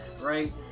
right